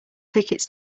tickets